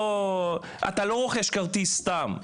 אתה לא רוכש כרטיס סתם,